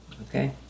Okay